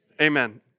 Amen